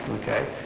okay